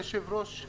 אדוני היושב-ראש,